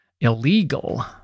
illegal